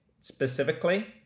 specifically